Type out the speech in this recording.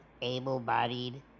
able-bodied